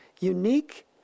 unique